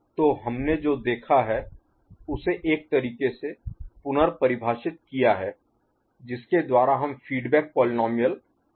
y x1x2 x7 तो हमने जो देखा है उसे एक तरीके से पुनर्परिभाषित किया है जिसके द्वारा हम फीडबैक पोलीनोमिअल टर्म का परिचय देते हैं